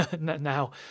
now